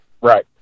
Right